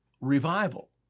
revival